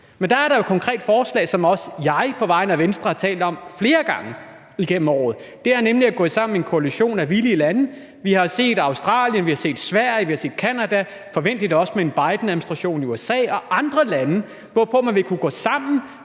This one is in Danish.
Men der er jo et konkret forslag, som jeg på vegne af Venstre også har talt om flere gange igennem året, og det er nemlig at gå sammen i en koalition af villige lande. Vi har set Australien, vi har set Sverige, vi har set Canada, vi ser det forventeligt med en Bidenadministration i USA, og der er andre lande, som man ville kunne gå sammen